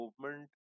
movement